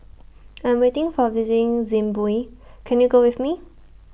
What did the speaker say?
I'm waiting For visiting Zimbabwe Can YOU Go with Me